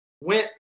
went